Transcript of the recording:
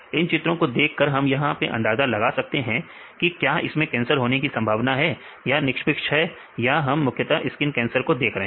इन चित्रों को देखकर हम यहां अंदाजा लगा सकते हैं की क्या इसमें कैंसर होने की संभावना है या या निष्पक्ष है यहां पर हम मुख्यता स्किन कैंसर को देख रहे हैं